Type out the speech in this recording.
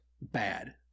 bad